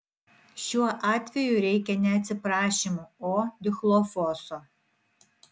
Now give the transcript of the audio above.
šiuo atveju reikia ne atsiprašymų o dichlofoso